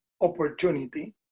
opportunity